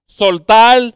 soltar